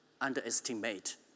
underestimate